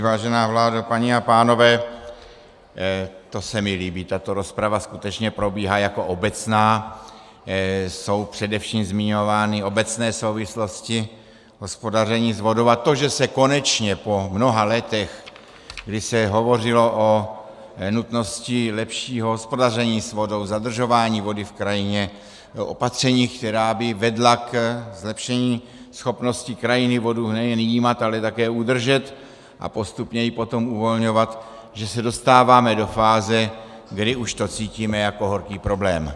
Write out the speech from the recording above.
Vážená vládo, paní a pánové, to se mi líbí, tato rozprava skutečně probíhá jako obecná, jsou především zmiňovány obecné souvislosti hospodaření s vodou a to, že se konečně po mnoha letech, kdy se hovořilo o nutnosti lepšího hospodaření s vodou, zadržování vody v krajině, opatřeních, která by vedla ke zlepšení schopnosti krajiny vodu nejen jímat, ale také udržet a postupně ji potom uvolňovat, že se dostáváme do fáze, kdy už to cítíme jako horký problém.